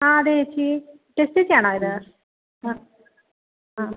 ആ അതെ ഏച്ചി ടെസ്സ ചേച്ചിയാണോ ഇത് ആ ആ